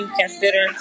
consider